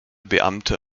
beamte